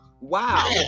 wow